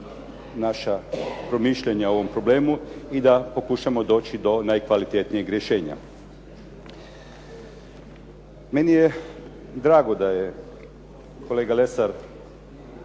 naša promišljanja o ovom problemu i da pokušamo doći do najkvalitetnijeg rješenja. Meni je drago da je kolega Lesar